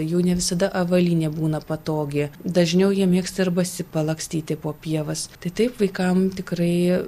jų ne visada avalynė būna patogi dažniau jie mėgsta ir basi palakstyti po pievas tai taip vaikam tikrai